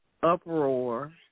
uproar